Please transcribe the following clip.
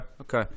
okay